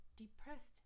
depressed